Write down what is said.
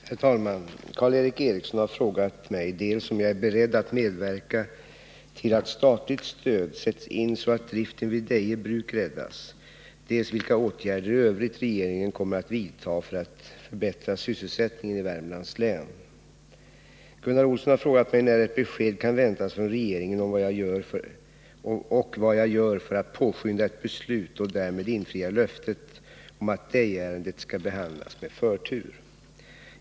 Herr talman! Karl Erik Eriksson har frågat mig dels om jag är beredd att medverka till att statligt stöd sätts in så att driften vid Deje Bruk räddas, dels vilka åtgärder i övrigt regeringen kommer att vidta för att förbättra sysselsättningen i Värmlands län. Gunnar Olsson har frågat mig när ett besked kan väntas från regeringen och vad jag gör för att påskynda ett beslut och därmed infria löftet om att Dejeärendet skall behandlas med förtur.